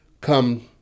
come